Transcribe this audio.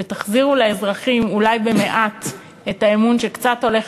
ותחזירו לאזרחים אולי מעט מהאמון שקצת הולך